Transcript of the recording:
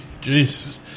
Jesus